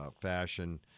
fashion